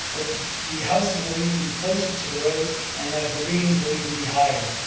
the houses will even be closer to the road and the the readings will even be higher.